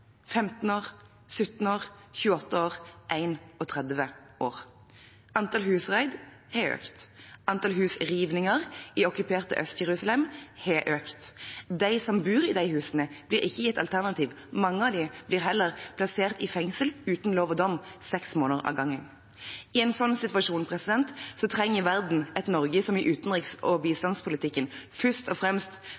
15 år, 17 år, 28 år, og én er 30 år. Antallet husraid har økt. Antall husrivninger i okkuperte Øst-Jerusalem har økt. De som bor i de husene, blir ikke gitt et alternativ. Mange av dem blir heller plassert i fengsel uten lov og dom, seks måneder av gangen. I en slik situasjon trenger verden et Norge som i utenriks- og